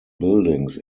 buildings